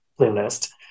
playlist